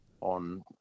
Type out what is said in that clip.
on